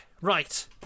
Right